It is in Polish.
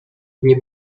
nie